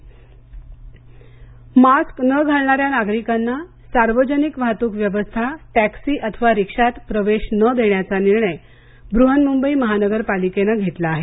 Mumbai mask प्रवेश mask न घालण्याऱ्या नागरिकांना सार्वजनिक वाहतूक व्यवस्था टॅक्सी अथवा रिक्षात प्रवेश न देण्याचा निर्णय ब्रहन्मुंबई महानगरपालिकने घेतला आहे